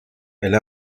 elle